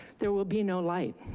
there will be no light.